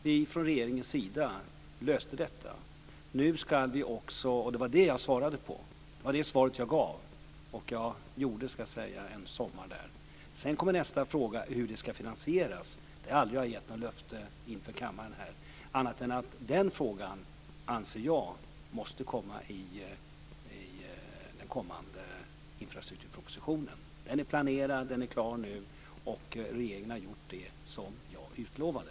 Vi löste detta från regeringens sida, och det var det jag svarade på. Det var det svaret jag gav. Jag gjorde så att säga en sommar där. Sedan kommer nästa fråga, hur det ska finansieras. Där har jag aldrig givit något löfte här inför kammaren annat än att jag anser att frågan måste komma upp i den kommande infrastrukturpropositionen. Den är planerad. Den är klar nu. Regeringen har gjort det som jag utlovade.